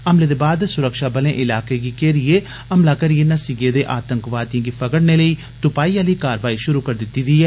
हमले दे बाद सुरक्षाबलें इलाके गी घेरिऐ हमला करियै नस्सी गेदे आतंकवादिएं गी फगड़ने लेई तुपाई आली कारवाई शुरु करी दिती दी ऐ